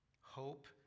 Hope